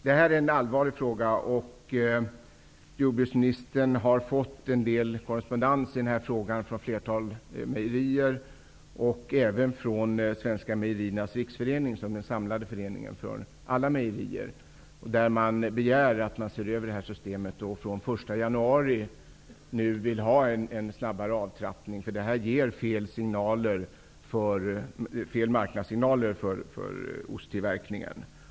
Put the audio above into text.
Detta är en allvarlig fråga, och jordbruksministern har fått en del korrespondens från ett flertal mejerier och även från Svenska Mejeriernas Riksförening, som är den samlade föreningen för alla mejerier. Man begär att systemet skall ses över, och man vill ha en snabbare avtrappning från den 1 januari, då detta ger fel marknadssignaler för osttillverkningen.